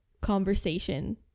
conversation